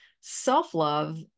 Self-love